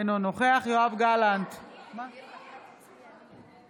אינו נוכח סליחה.